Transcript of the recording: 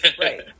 Right